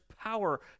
power